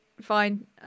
fine